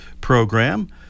program